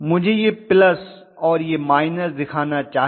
मुझे यह प्लस और यह माइनस दिखाना चाहिए